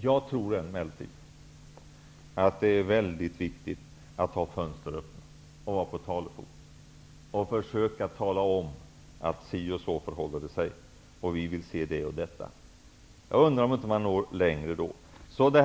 Jag tror emellertid att det är väldigt viktigt att man har fönster öppna och försöker tala om att det förhåller sig si och så och att vi vill se det och detta. Jag undrar om man inte når längre på det viset.